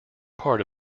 part